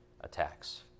attacks